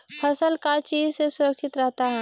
फसल का चीज से सुरक्षित रहता है?